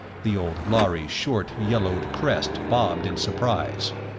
the old lhari's short, yellowed crest bobbed in surprise.